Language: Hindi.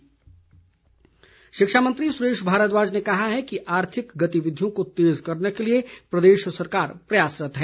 सुरेश भारद्वाज शिक्षा मंत्री सुरेश भारद्वाज ने कहा है कि आर्थिक गतिविधियों को तेज करने के लिए प्रदेश सरकार प्रयासरत्त है